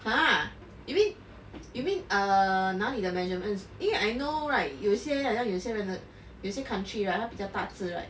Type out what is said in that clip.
!huh! you mean you mean err 那里的 measurements 因为 I know right 有些好像有些人的有些 country right 他比较大只 right